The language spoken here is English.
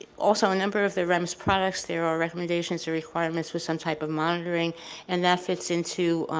also a number of the rems products there are recommendations or requirements with some type of monitoring and that fits into